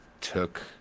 took